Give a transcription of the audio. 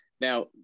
Now